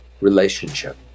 relationship